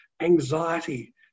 anxiety